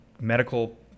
medical